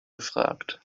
gefragt